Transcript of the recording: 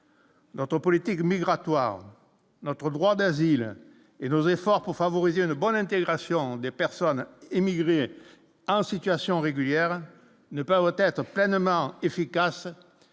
Notre politique migratoire notre droit d'asile et nos efforts pour favoriser une bonne intégration des personnes immigrées en situation régulière, ne pas voter à être pleinement efficace